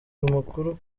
amakuru